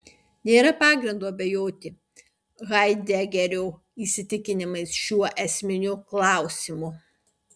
nėra pagrindo abejoti haidegerio įsitikinimais šiuo esminiu klausimu